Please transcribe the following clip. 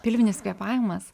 pilvinis kvėpavimas